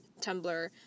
Tumblr